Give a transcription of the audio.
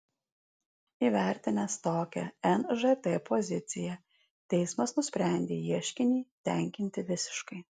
įvertinęs tokią nžt poziciją teismas nusprendė ieškinį tenkinti visiškai